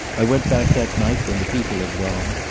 i went back that night, when the people had gone,